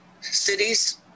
cities